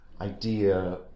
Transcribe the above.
idea